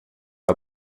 are